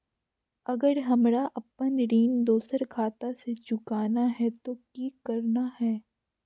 अगर हमरा अपन ऋण दोसर खाता से चुकाना है तो कि करना है?